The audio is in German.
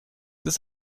ist